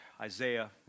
Isaiah